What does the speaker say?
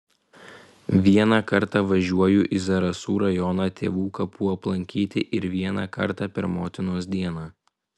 vieną kartą važiuoju į zarasų rajoną tėvų kapų aplankyti ir vieną kartą per motinos dieną